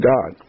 God